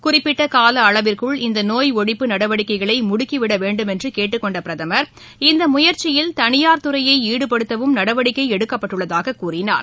குறிப்பிட்ட கால அளவிற்குள் இந்த நோய் ஒழிப்பு நடவடிக்கைகளை முடுக்கிவிட வேண்டும் என்று கேட்டுக் கொண்ட பிரதமர் இந்த முயற்சியில் தனியார் துறையை ஈடுபடுத்தவும் நடவடிக்கை எடுக்கப்பட்டுள்ளதாக கூறினார்